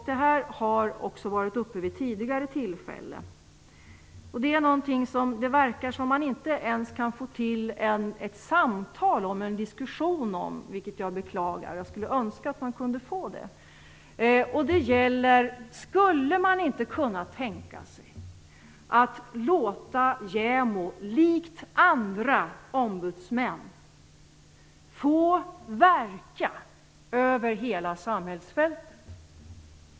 Det gäller något som också har varit uppe vid tidigare tillfällen. Det verkar som om det inte ens går att få till stånd ett samtal eller en diskussion om det, vilket jag beklagar. Jag önskar att det gick. Det gäller frågan om man inte skulle kunna tänka sig att låta JämO, likt andra ombudsmän, få verka över hela samhällsfältet.